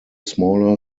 smaller